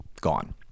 gone